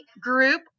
group